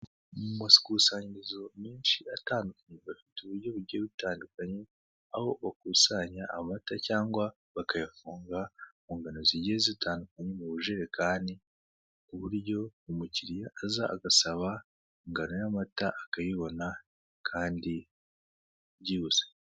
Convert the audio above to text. Mu makusanyirizo menshi atandukanye bafite uburyo bugiye butandukanye, aho bakusanya amata cyangwa bakayafunga mu ngano zigiye zitandukanye mu bujerekani, ku buryo umukiriya aza agasaba ingano y'amata akayibona kandi byihuse.